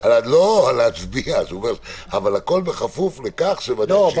הם עולים שלא נמצאים הרבה זמן בארץ ויודעים